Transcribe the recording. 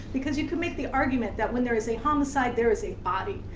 because you could make the argument that when there is a homicide, there is a body.